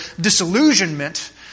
disillusionment